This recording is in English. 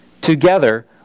together